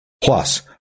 Plus